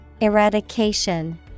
Eradication